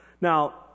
Now